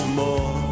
more